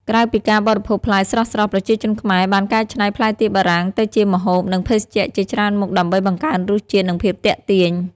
ក្រៅពីការបរិភោគផ្លែស្រស់ៗ ប្រជាជនខ្មែរបានកែច្នៃផ្លែទៀបបារាំងទៅជាម្ហូប និងភេសជ្ជៈជាច្រើនមុខដើម្បីបង្កើនរសជាតិ និងភាពទាក់ទាញ។